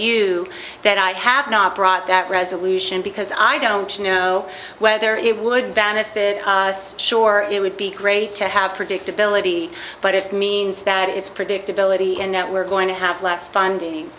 you that i have not brought that resolution because i don't know whether it would benefit us sure it would be great to have predictability but it means that it's predictability and that we're going to have less funding